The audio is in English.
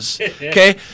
Okay